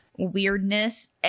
weirdness